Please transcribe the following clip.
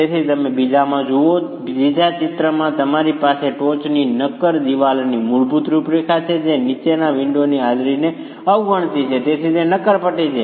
તેથી તમે બીજામાં જુઓ છો ત્રીજા ચિત્રમાં તમારી પાસે ટોચની નક્કર દિવાલની મૂળભૂત રૂપરેખા છે જે નીચેની વિન્ડોની હાજરીને અવગણતી છે તે નક્કર પટ્ટી છે